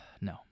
No